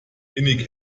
innig